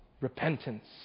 Repentance